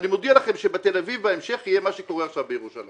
אני מודיע לכם שבתל אביב בהמשך יהיה מה שקורה עכשיו בירושלים.